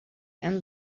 and